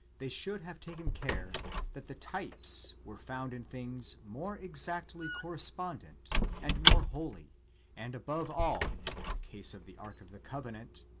they should have taken care that the types were found in things more exactly correspondent and more holy and, above all, in the case of the ark of the covenant,